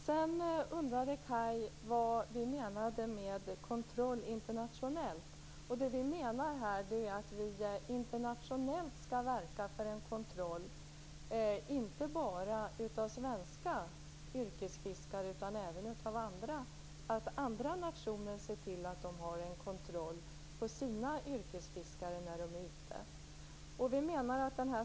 Sedan undrade Kaj Larsson vad vi menade med internationell kontroll. Här menar vi att vi internationellt skall verka för en kontroll. Det skall inte bara vara en kontroll av svenska yrkesfiskare, utan även andra nationer skall se till att de har en kontroll av sina yrkesfiskare när de är ute.